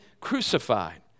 crucified